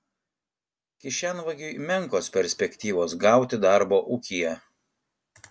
kišenvagiui menkos perspektyvos gauti darbo ūkyje